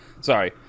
sorry